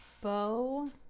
bow